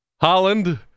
Holland